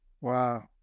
Wow